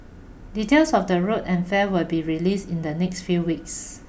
details of the route and fare will be release in the next few weeks